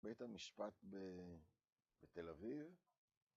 בית המשפט בתל אביב